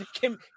Kim